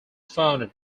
founded